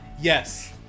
yes